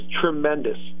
tremendous